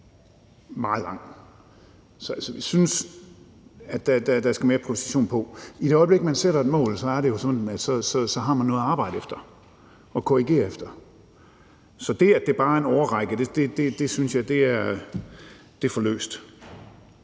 meget lang. Så jeg synes, at der skal mere progression på. I det øjeblik, man sætter et mål, er det jo sådan, at man har noget at arbejde efter og korrigere efter. Så det, at det bare er en årrække, synes jeg er for løst.